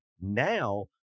now